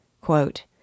Quote